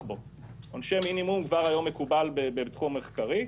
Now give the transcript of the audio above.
בו." עונשי מינימום כבר היום מקובל בתחום המחקרי,